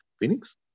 Phoenix